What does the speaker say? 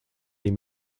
les